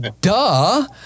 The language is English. duh